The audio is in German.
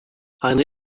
eine